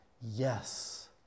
Yes